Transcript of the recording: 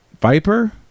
Viper